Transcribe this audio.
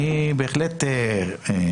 נתנו כאן